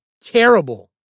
terrible